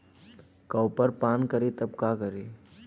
Copper पान करी तब का करी?